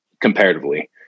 comparatively